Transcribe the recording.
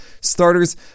starters